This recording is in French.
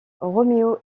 roméo